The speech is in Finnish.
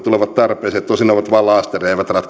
tulevat tarpeeseen tosin ne ovat vain laastareja